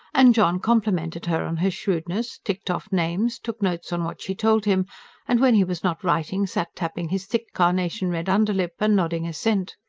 and john complimented her on her shrewdness, ticked off names, took notes on what she told him and when he was not writing sat tapping his thick, carnation-red underlip, and nodding assent.